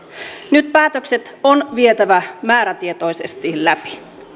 nyt päätökset on vietävä määrätietoisesti läpi